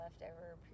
leftover